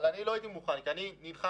אבל אני לא הייתי מוכן כי אני נלחם,